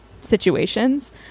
situations